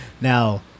Now